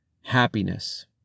happiness